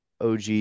OG